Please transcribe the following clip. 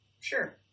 Sure